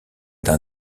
d’un